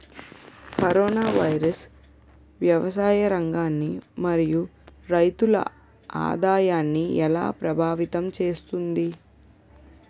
Corona virus వ్యవసాయ రంగాన్ని మరియు రైతుల ఆదాయాన్ని ఎలా ప్రభావితం చేస్తుంది?